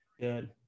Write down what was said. Good